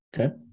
Okay